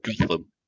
Gotham